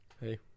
hey